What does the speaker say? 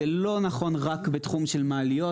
זה לא נכון רק בתחום של מעליות,